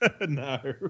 No